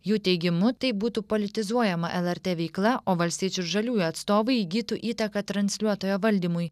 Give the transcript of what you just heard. jų teigimu taip būtų politizuojama lrt veikla o valstiečių ir žaliųjų atstovai įgytų įtaką transliuotojo valdymui